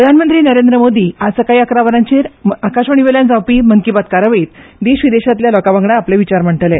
प्रधानमंत्री नरेंद्र मोदी आयतारा सकाळी इकरा वरांचेर आकाशवाणीवेल्यान प्रसारित जावपी मन की बात कार्यावळीत देशविदेशातल्या लोकावांगडा आपले विचार मांडटले